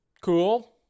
cool